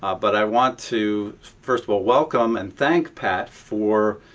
ah but i want to, first of all, welcome and thank pat for